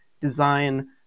design